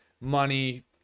money